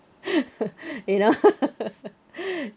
you know